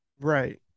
Right